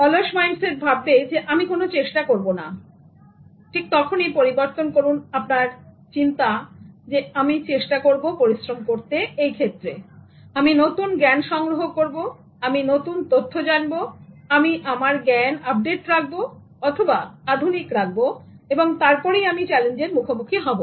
অলস মাইন্ডসেট ভাববে আমি কোনো চেষ্টা করব না তখনই পরিবর্তন করুন আপনার চিন্তা যে আমি চেষ্টা করব পরিশ্রম করতে এই ক্ষেত্রে আমি নতুন জ্ঞান সংগ্রহ করবো আমি নতুন তথ্য জানবো আমি আমার জ্ঞান আপডেট রাখবো অথবা আধুনিক রাখবো এবং তারপরেই আমি চ্যালেঞ্জের মুখোমুখি হব